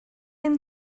and